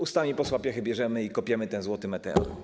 Ustami posła Piechy bierzemy i kopiemy ten złoty meteor.